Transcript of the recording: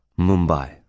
Mumbai